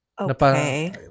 Okay